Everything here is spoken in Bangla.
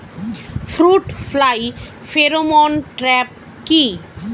ফ্রুট ফ্লাই ফেরোমন ট্র্যাপ কি?